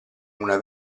una